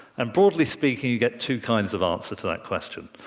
and broadly speaking, you get two kinds of answer to that question.